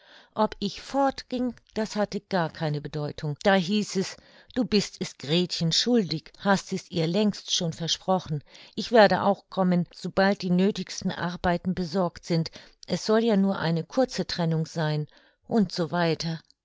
ob ich fortging das hatte gar keine bedeutung da hieß es du bist es gretchen schuldig hast es ihr längst schon versprochen ich werde auch kommen sobald die nöthigsten arbeiten besorgt sind es soll ja nur eine kurze trennung sein u s